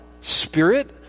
Spirit